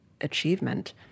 achievement